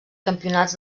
campionats